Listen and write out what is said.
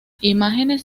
imágenes